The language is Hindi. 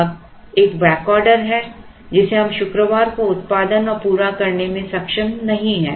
अब एक बैक ऑर्डर है जिसे हम शुक्रवार को उत्पादन और पूरा करने में सक्षम नहीं हैं